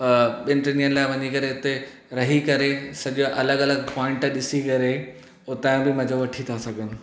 ॿिनि टिनि ॾीअन लाए वञी करे हुते रही करे सॼा अलॻि अलॻि पॉइंट ॾिसी करे हुतां यो बि मजो वठी ता सघनि